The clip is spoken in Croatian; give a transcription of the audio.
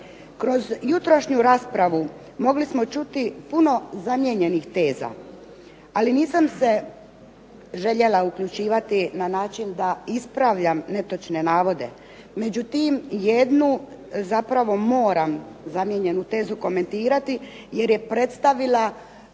Kroz jutrošnju raspravu mogli smo čuti puno zamijenjenih teza. Ali, nisam se željela uključivati na način da ispravljam netočne navode. Međutim, jednu zapravo moram zamijenjenu tezu komentirati jer je predstavila